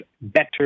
better